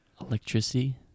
Electricity